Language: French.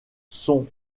sont